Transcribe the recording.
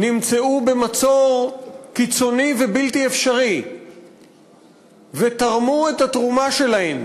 נמצאו במצור קיצוני ובלתי אפשרי ותרמו את התרומה שלהם